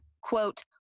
quote